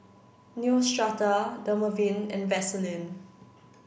Neostrata Dermaveen and Vaselin